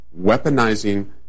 weaponizing